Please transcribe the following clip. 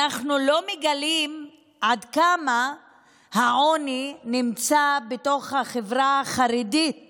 אנחנו לא מגלים עד כמה העוני נמצא בתוך החברה החרדית